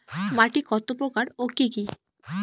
মাটি কতপ্রকার ও কি কী?